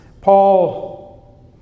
Paul